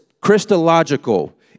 Christological